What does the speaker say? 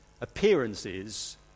Appearances